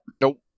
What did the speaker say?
Nope